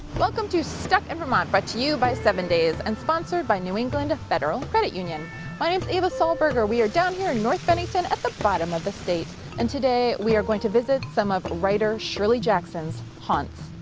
welcome to stuck in vermont brought to you by seven days and sponsored by new england federal credit union. my name is eva sollberger, we are down here in north bennington at the bottom of the state and today we are going to visit some of writer shirley jackson's haunts.